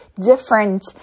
different